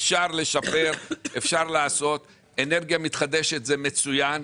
אפשר לשפר, אפשר לעשות, ואנרגיה מתחדשת זה מצוין.